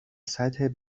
سطح